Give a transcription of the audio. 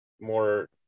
more